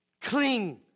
Cling